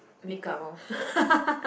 make up orh